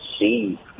see